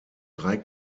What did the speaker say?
drei